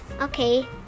Okay